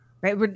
right